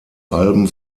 alben